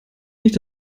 nicht